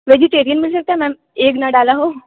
vegetarian मिल सकता है मैम एग ना डाला हो